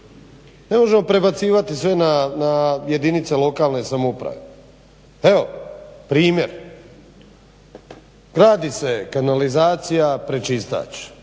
Ne možemo prebacivati sve na jedinice lokalne samouprave. Evo primjer, gradi se kanalizacija-prečistač,